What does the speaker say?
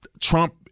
Trump